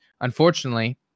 unfortunately